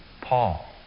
Paul